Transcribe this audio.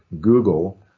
Google